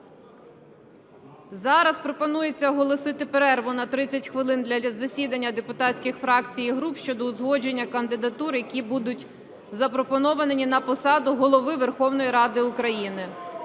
Зараз пропонується оголосити перерву на 30 хвилин для засідання депутатських фракцій і груп щодо узгодження кандидатур, які будуть запропоновані на посаду Голови Верховної Ради України.